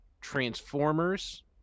Transformers